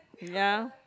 ya